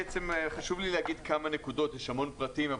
חשוב לי להגיד כמה נקודות, יש המון פרטים.